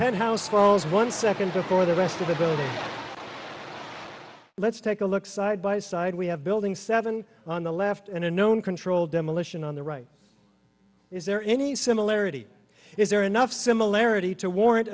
and house walls one second before the rest of the building let's take a look side by side we have building seven on the left and a known controlled demolition on the right is there any similarity is there enough similarity to warrant